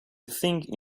thing